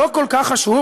לא כל כך חשוב,